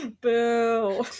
boo